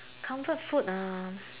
comfort food um